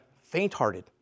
faint-hearted